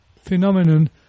phenomenon